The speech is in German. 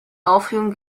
aufregung